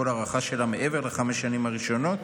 כל הארכה שלה מעבר לחמש השנים הראשונות